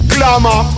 Glamour